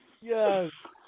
Yes